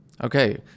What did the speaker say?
Okay